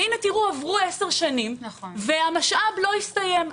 והנה תראו, עברו עשר שנים והמשאב לא הסתיים.